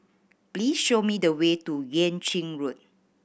please show me the way to Yuan Ching Road